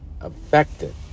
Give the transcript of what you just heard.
affected